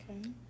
Okay